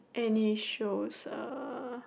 any shows uh